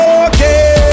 okay